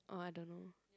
orh I don't know